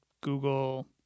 Google